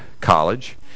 college